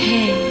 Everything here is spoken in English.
Hey